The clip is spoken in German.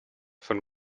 von